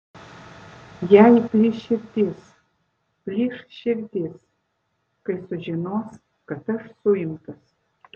jai plyš širdis plyš širdis kai sužinos kad aš suimtas